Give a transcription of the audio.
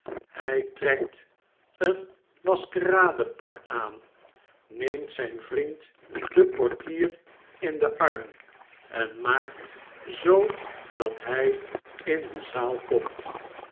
hij trekt een maskeradepak aan neemt zijn vriend den portier in den arm en maakt zoo dat hij in de zaal komt